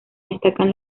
destacan